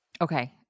okay